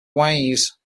ways